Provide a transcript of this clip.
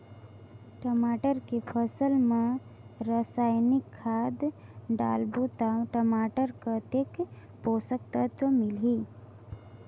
टमाटर के फसल मा रसायनिक खाद डालबो ता टमाटर कतेक पोषक तत्व मिलही?